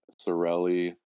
Sorelli